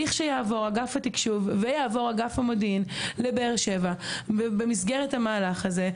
כשיעברו אגף התקשוב ואגף המודיעין לבאר שבע במסגרת המהלך הזה,